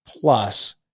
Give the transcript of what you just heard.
plus